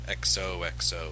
XOXO